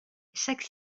chaque